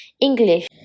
English